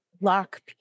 lock